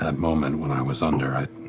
ah moment when i was under, i,